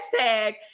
hashtag